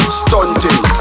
stunting